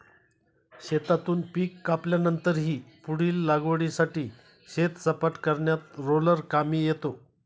शेतातून पीक कापल्यानंतरही पुढील लागवडीसाठी शेत सपाट करण्यात रोलर कामी येतो